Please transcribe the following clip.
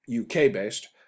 UK-based